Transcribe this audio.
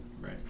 Right